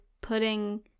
putting